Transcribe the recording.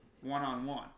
one-on-one